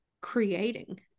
creating